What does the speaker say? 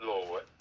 Lord